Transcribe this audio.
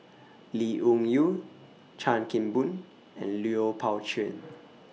Lee Wung Yew Chan Kim Boon and Lui Pao Chuen